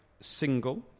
single